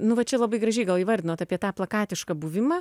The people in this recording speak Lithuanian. nu va čia labai gražiai įvardinot apie tą plakatišką buvimą